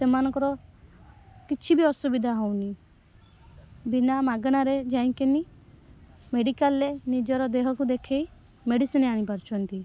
ସେମାନଙ୍କର କିଛି ବି ଅସୁବିଧା ହେଉନି ବିନା ମାଗଣାରେ ଯାଇକରି ମେଡ଼ିକାଲ୍ରେ ନିଜର ଦେହକୁ ଦେଖାଇ ମେଡ଼ିସିନ୍ ଆଣି ପାରୁଛନ୍ତି